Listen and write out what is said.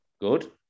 Good